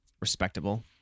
Respectable